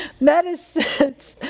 medicines